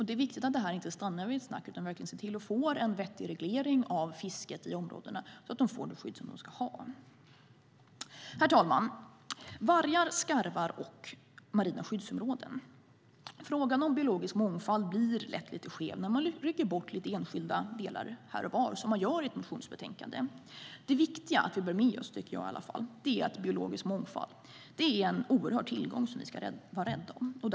Det är viktigt att det inte stannar vid ett snack utan att vi verkligen ser till att vi får en vettig reglering av fisket i områdena så att de får det skydd som de ska ha. Herr talman! Vargar, skarvar och marina skyddsområden - frågan om biologisk mångfald blir lätt lite skev när man rycker bort lite enskilda delar här och var, som man gör i ett motionsbetänkande. Det viktiga att vi bär med oss, tycker jag i alla fall, är att biologisk mångfald är en oerhörd tillgång som vi ska vara rädda om.